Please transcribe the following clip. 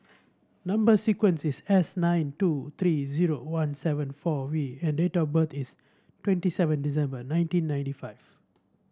number sequence is S nine two three zero one seven four V and date of birth is twenty seven December nineteen ninety five